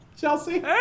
Chelsea